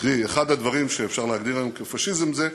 קרי, אחד הדברים שאפשר להגדיר היום כפאשיזם זה: